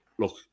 Look